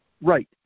Right